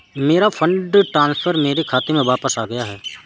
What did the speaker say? मेरा fund transfer मेरे खाते में वापस आ गया है